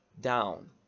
down